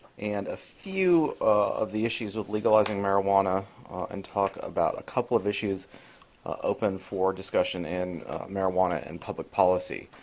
and a few of the issues of legalizing marijuana and talk about a couple of issues open for discussion and marijuana and public policy.